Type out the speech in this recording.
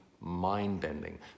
mind-bending